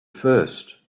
first